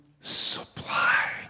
supply